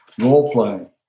role-playing